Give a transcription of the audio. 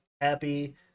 happy